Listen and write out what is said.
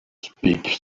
speak